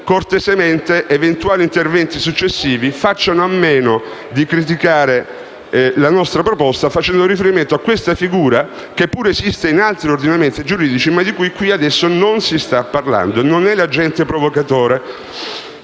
Cortesemente, quindi, eventuali interventi successivi facciano a meno di criticare la nostra proposta facendo riferimento a questa figura, che pure esiste in altri ordinamenti giuridici ma di cui qui adesso non si sta parlando. Stiamo parlando non dell'agente provocatore,